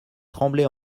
tremblay